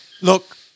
Look